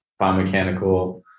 biomechanical